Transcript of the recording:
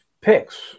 picks